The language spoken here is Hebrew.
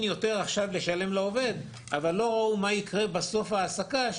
יותר עכשיו לשלם לעובד אבל לא מה יקרה בסוף העסקה,